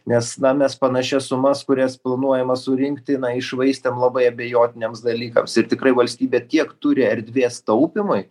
nes na mes panašias sumas kurias planuojama surinkti iššvaistėm labai abejotiniems dalykams ir tikrai valstybė tiek turi erdvės taupymui